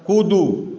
कुदू